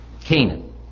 Canaan